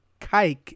kike